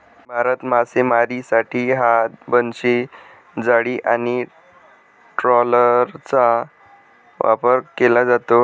भारतात मासेमारीसाठी हात, बनशी, जाळी आणि ट्रॉलरचा वापर केला जातो